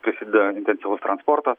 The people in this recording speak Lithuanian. prisideda intensyvus transporta